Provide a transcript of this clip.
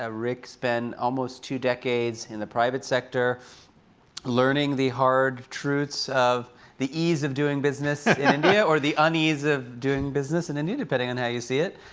ah rick spent almost two decades in the private sector learning the hard truths of the ease of doing business in india, or the unease of doing business in india, depending on how you see it.